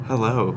Hello